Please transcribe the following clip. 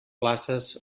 places